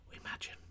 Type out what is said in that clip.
Imagine